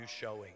showing